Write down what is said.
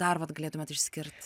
dar vat galėtumėt išskirt